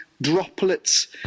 droplets